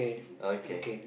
okay